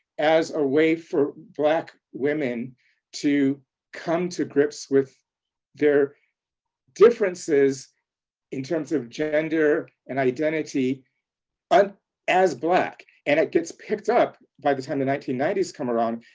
as a way for black women to come to grips with their differences in terms of gender, and identity but as black. and it gets picked up, by the time the nineteen ninety s come around,